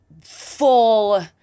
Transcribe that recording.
full